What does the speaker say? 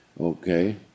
Okay